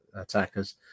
attackers